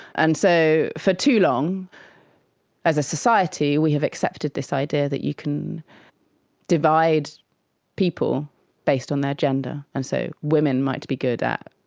and so for too long as a society we have accepted this idea that you can divide people based on their gender. and so women might be good at,